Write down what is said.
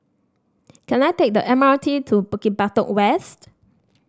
can I take the M R T to Bukit Batok West